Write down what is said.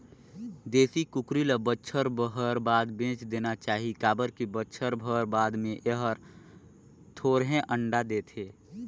देसी कुकरी ल बच्छर भर बाद बेच देना चाही काबर की बच्छर भर बाद में ए हर थोरहें अंडा देथे